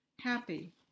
Happy